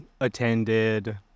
Attended